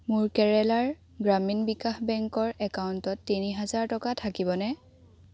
মোৰ কেৰেলাৰ গ্ৰামীণ বিকাশ বেংকৰ একাউণ্টত তিনি হেজাৰ টকা থাকিবনে